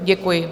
Děkuji.